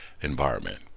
environment